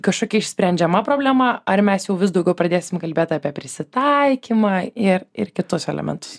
kažkokia išsprendžiama problema ar mes jau vis daugiau pradėsim kalbėt apie prisitaikymą ir ir kitus elementus